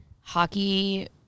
hockey